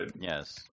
Yes